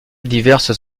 diverses